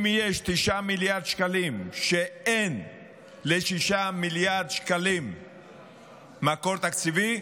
אם יש 9 מיליארד שקלים שאין ל-6 מיליארד שקלים מקור תקציבי,